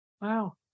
Wow